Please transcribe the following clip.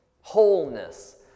wholeness